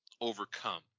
overcome